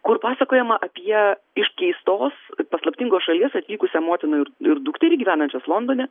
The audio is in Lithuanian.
kur pasakojama apie iš keistos paslaptingos šalies atvykusią motiną ir dukterį gyvenančias londone